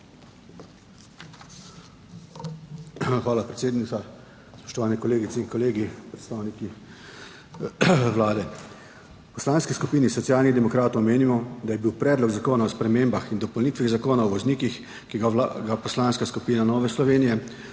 Hvala, predsednica. Spoštovane kolegice in kolegi, predstavniki Vlade! V Poslanski skupini Socialnih demokratov menimo, da je bil Predlog zakona o spremembah in dopolnitvah Zakona o voznikih, ki ga vlaga Poslanska skupina Nove Slovenije,